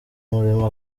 umurimo